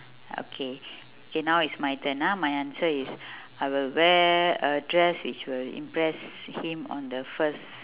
okay okay now is my turn ah my answer is I will wear a dress which will impress him on the first